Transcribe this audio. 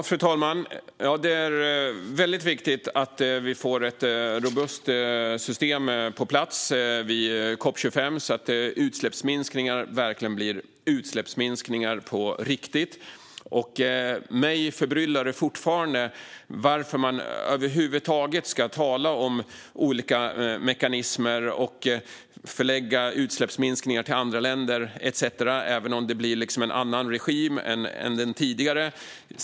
Fru talman! Det är väldigt viktigt att vi får ett robust system på plats vid COP 25, så att utsläppsminskningar verkligen blir utsläppsminskningar på riktigt. Mig förbryllar det fortfarande varför man över huvud taget ska tala om olika mekanismer och förlägga utsläppsminskningar till andra länder etcetera, även om det blir en annan regim än den tidigare.